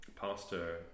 Pastor